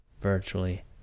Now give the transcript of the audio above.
virtually